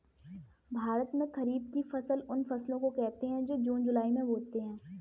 भारत में खरीफ की फसल उन फसलों को कहते है जो जून जुलाई में बोते है